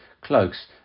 cloaks